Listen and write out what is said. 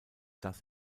das